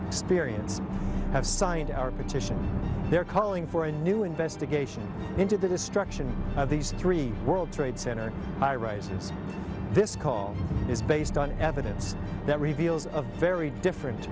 experience have signed our petition they're calling for a new investigation into the destruction of these three world trade center high rises this call is based on evidence that reveals a very different